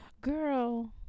Girl